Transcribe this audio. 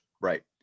right